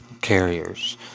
carriers